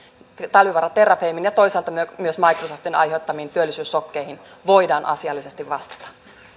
talvivaara terrafamen ja toisaalta myös microsoftin aiheuttamiin työllisyyssokkeihin voidaan asiallisesti vastata